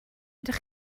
ydych